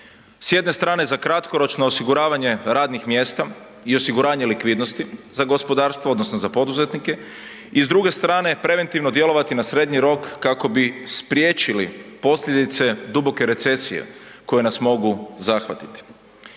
s jedne strane za kratkoročno osiguravanje radnih mjesta i osiguranje likvidnosti za gospodarstvo odnosno za poduzetnike i s druge strane preventivno djelovati na srednji rok kako bi spriječili posljedice duboke recesije koje nas mogu zahvatiti.